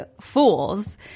fools